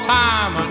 time